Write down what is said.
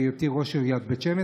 בהיותי ראש עיריית בית שמש,